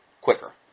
quicker